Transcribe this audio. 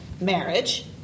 marriage